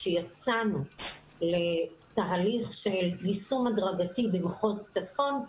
עת יצאנו לתהליך של יישום הדרגתי במחוז צפון,